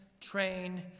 train